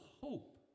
hope